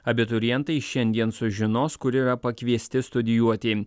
abiturientai šiandien sužinos kur yra pakviesti studijuoti